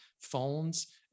Phones